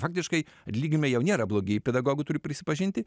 faktiškai atlyginimai jau nėra blogi pedagogų turiu prisipažinti